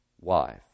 wife